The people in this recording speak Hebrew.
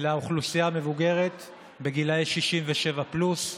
לאוכלוסייה המבוגרת בגילאי 67 פלוס.